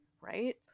right